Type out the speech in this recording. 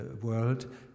world